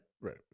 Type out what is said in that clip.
right